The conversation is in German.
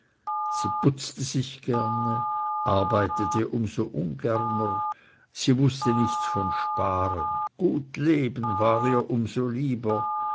sie putzte sich gerne arbeitete um so ungerner wußte nichts von sparen gut leben war ihr um so lieber